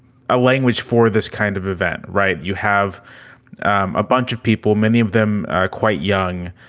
ah language for this kind of event. right. you have a bunch of people, many of them quite young,